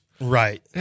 Right